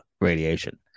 radiation